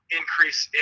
increase